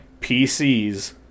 PCs